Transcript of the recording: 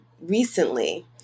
recently